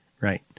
Right